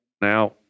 Now